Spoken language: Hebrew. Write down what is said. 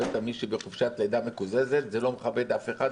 הבאת מישהי בחופשת לידה מקוזזת זה לא מכבד אף אחד,